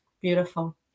Beautiful